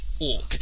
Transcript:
.org